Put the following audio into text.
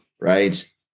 right